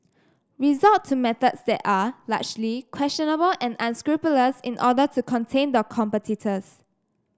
resort to methods that are largely questionable and unscrupulous in order to contain their competitors